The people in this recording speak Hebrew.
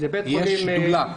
יש שדולה.